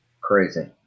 Crazy